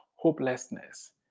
hopelessness